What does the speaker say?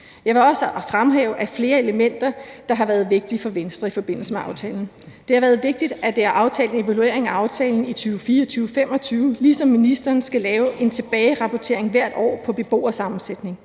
Jeg vil også fremhæve flere elementer, der har været vigtige for Venstre i forbindelse med aftalen. Det har været vigtigt, at det er aftalt at evaluere aftalen i 2024-25, ligesom ministeren skal lave en tilbagerapportering hvert år om beboersammensætningen.